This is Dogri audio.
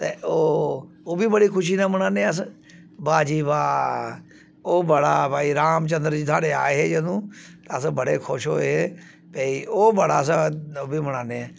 ते ओह् ओह् बी बड़ी खुशी कन्नै मनान्ने अस वाह् जी वाह् ओह् बड़ा भाई राम चंद्र जी साढ़े आए हे जंदू अस बड़े खुश होऐ भाई ओह् बड़ा साढ़ा मनान्ने आं